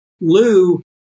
Lou